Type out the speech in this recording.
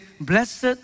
blessed